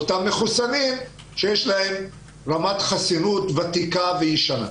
אותם מחוסנים שיש להם רמת חסינות ותיקה וישנה.